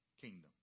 kingdom